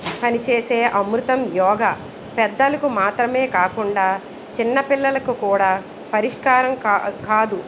పని చేసే అమృతం యోగా పెద్దలకు మాత్రమే కాకుండా చిన్న పిల్లలకు కూడా పరిష్కారం కాదు